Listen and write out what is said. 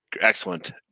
excellent